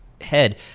head